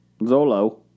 Zolo